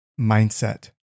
mindset